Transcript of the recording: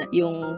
yung